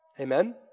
Amen